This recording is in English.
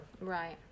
right